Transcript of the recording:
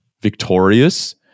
victorious